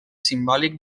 simbòlic